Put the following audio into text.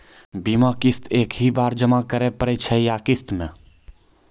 बीमा किस्त एक ही बार जमा करें पड़ै छै या किस्त मे?